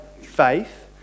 faith